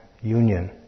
union